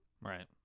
Right